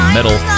Metal